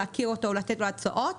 להכיר אותו ולתת לו הצעות.